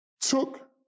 took